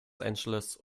angeles